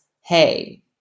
hey